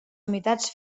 humitats